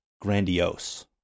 grandiose